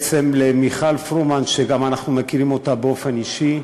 מיכל פרומן, שאנחנו מכירים באופן אישי: